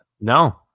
No